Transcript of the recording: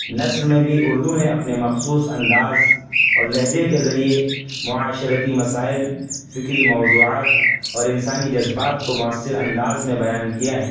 نثر میں بھی اردو نے اپنے مخصوص انداز اور لہجے کے ذریعے معاشرتی مسائل فکری موضوعات اور انسانی جذبات کو مؤثر انداز میں بیان کیا ہے